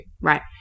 Right